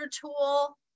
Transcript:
tool